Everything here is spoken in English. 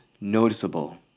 noticeable